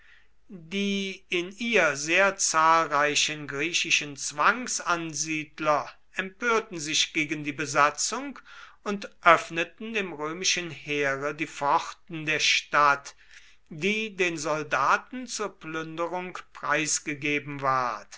die in ihr sehr zahlreichen griechischen zwangsansiedler empörten sich gegen die besatzung und öffneten dem römischen heere die pforten der stadt die den soldaten zur plünderung preisgegeben ward